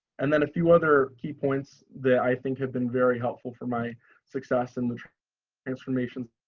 and then a few other key points that i think had been very helpful for my success in the information